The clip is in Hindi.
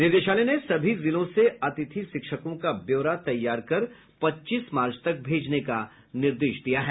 निदेशालय ने सभी जिलों से अतिथि शिक्षकों का ब्यौरा तैयार कर पच्चीस मार्च तक भेजने का निर्देश दिया है